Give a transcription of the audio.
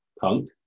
punk